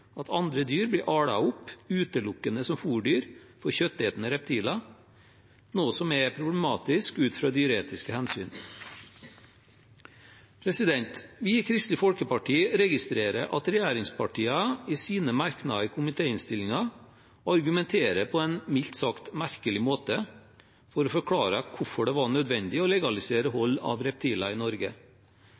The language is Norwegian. at andre dyr blir alet opp utelukkende som fôrdyr for kjøttetende reptiler, noe som er problematisk ut fra dyreetiske hensyn. Vi i Kristelig Folkeparti registrerer at regjeringspartiene i sine merknader i komitéinnstillingen argumenterer på en mildt sagt merkelig måte for å forklare hvorfor det var nødvendig å legalisere hold av reptiler i Norge.